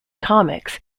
comics